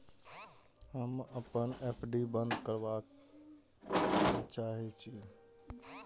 हम अपन एफ.डी बंद करबा के चाहे छी